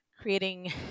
creating